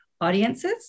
audiences